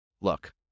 look